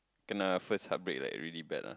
kena first heartbreak like really bad ah